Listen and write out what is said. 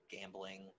gambling